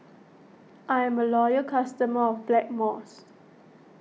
I'm a loyal customer of Blackmores